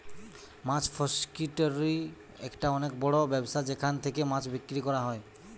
মাছ fish factory একটা অনেক বড় ব্যবসা যেখান থেকে মাছ বিক্রি করা হয়